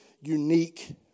unique